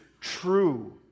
true